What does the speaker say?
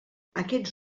aquests